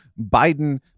Biden